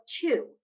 two